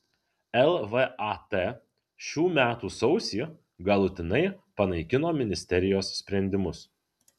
lvat šių metų sausį galutinai panaikino ministerijos sprendimus